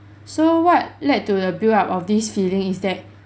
so what led to the build up of these feeling is that